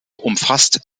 umfasst